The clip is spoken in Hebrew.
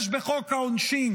יש בחוק העונשין